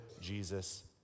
Jesus